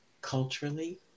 culturally